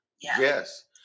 yes